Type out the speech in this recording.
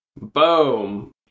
Boom